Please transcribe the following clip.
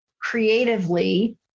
creatively